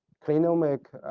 genomic